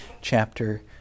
chapter